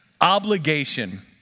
obligation